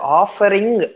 offering